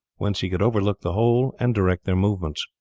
whence he could overlook the whole and direct their movements.